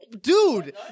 Dude